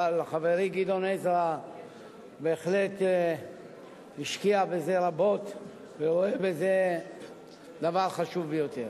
אבל חברי גדעון עזרא בהחלט השקיע בזה רבות ורואה בזה דבר חשוב ביותר.